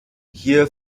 hier